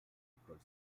école